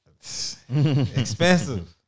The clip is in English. Expensive